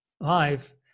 life